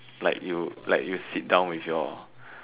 like you like you sit down with your